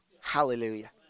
Hallelujah